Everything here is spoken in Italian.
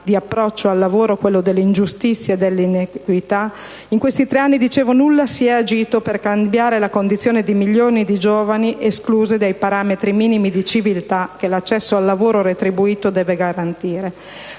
di approccio al lavoro quello dell'ingiustizia e dell'iniquità) nulla si è fatto per cambiare la condizione di milioni di giovani, esclusi dai parametri minimi di civiltà che l'accesso al lavoro retribuito deve garantire.